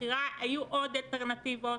היו עוד אלטרנטיבות